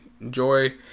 enjoy